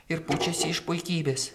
ir pučiasi iš puikybės